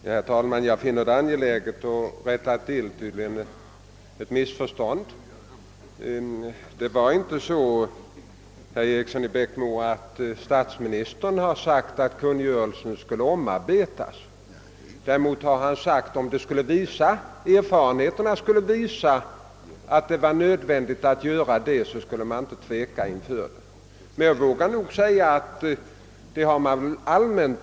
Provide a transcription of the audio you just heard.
Herr talman! Jag finner det angeläget att rätta till ett missförstånd. Det är inte så, herr Eriksson i Bäckmora, att statsministern uttalat att kungörelsen skulle omarbetas. Däremot har han uttalat att om erfarenheterna skulle visa att det var nödvändigt att göra det, så skulle man inte tveka inför den uppgiften.